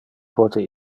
pote